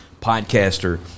podcaster